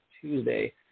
Tuesday